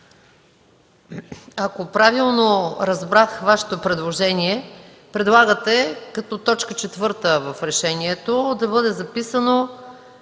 Ако правилно разбрах Вашето предложение, предлагате като т. 4 в решението да бъде записано: